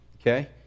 okay